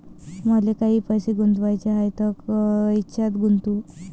मले काही पैसे गुंतवाचे हाय तर कायच्यात गुंतवू?